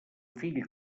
fill